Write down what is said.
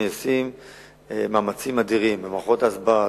נעשים מאמצים אדירים במערכות ההסברה,